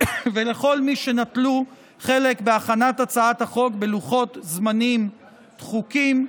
ולכל מי שנטלו חלק בהכנת הצעת החוק בלוחות זמנים דחוקים.